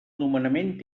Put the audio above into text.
nomenament